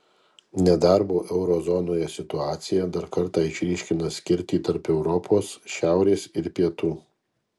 nedarbo euro zonoje situacija dar kartą išryškina skirtį tarp europos šiaurės ir pietų